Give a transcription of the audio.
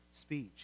speech